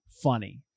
funny